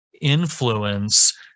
influence